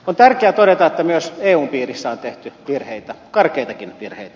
on tärkeää todeta että myös eun piirissä on tehty virheitä karkeitakin virheitä